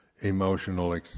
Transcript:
emotional